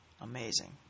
Amazing